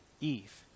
Eve